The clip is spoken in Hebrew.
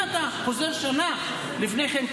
אם אתה חוזר שנה לפני כן,